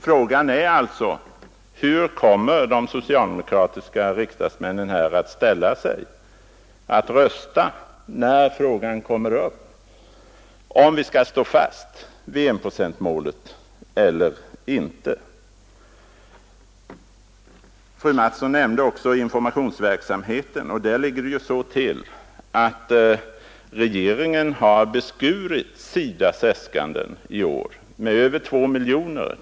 Frågan är alltså: Hur kommer de socialdemokratiska riksdagsmännen att rösta, när frågan kommer upp om vi skall stå fast vid enprocentsmålet eller inte? Fröken Mattson nämnde också informationsverksamheten. Där ligger det ju så till att regeringen har beskurit SIDA :s äskanden i år med över 2 miljoner.